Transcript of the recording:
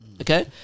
okay